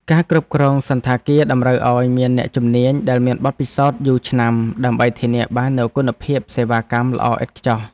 ការគ្រប់គ្រងសណ្ឋាគារតម្រូវឱ្យមានអ្នកជំនាញដែលមានបទពិសោធន៍យូរឆ្នាំ ដើម្បីធានាបាននូវគុណភាពសេវាកម្មល្អឥតខ្ចោះ។